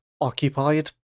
occupied